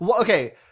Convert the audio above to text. okay